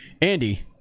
Andy